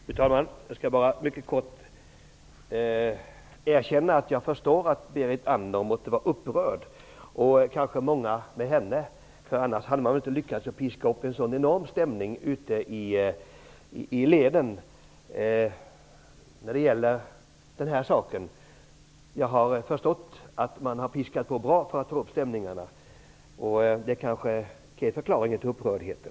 Fru talman! Jag skall vara mycket kortfattad. Jag förstår att Berit Andnor måtte vara upprörd och kanske många med henne. Annars hade man inte lyckats att piska upp en sådan enorm stämning ute i leden. Jag har förstått att man har piskat på bra mycket för att få upp stämningarna. Det är kanske förklaringen till upprördheten.